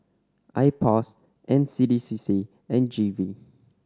I POS N C D C C and G V